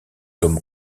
comme